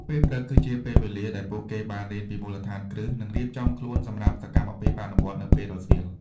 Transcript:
ពេលព្រឹកគឺជាពេលវេលាដែលពួកគេបានរៀនពីមូលដ្ឋានគ្រឹះនិងរៀបចំខ្លួនសម្រាប់សកម្មភាពអនុវត្តន៍នៅពេលរសៀល។